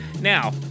Now